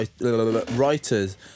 writers